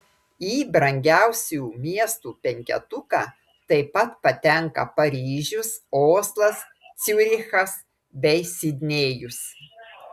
į brangiausių miestų penketuką taip pat patenka paryžius oslas ciurichas bei sidnėjus